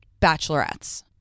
bachelorettes